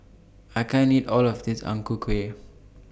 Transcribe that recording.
I can't eat All of This Ang Ku Kueh